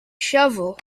shovel